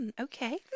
Okay